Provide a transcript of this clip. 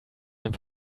dem